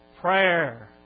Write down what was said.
Prayer